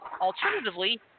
Alternatively